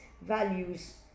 values